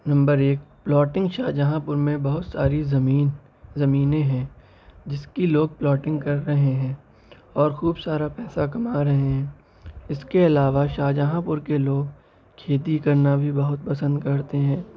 number ایک plotting Shahjahanpur میں بہت ساری زمین زمیںیں ہیں جس کی لوگ پلاٹنگ کر رہے ہیں اور خوب سارا پیسہ کما رہے ہیں اس کے علاوہ شاہجہاں پور کے لوگ کھیتی کرنا بھی بہت پسند کرتے ہیں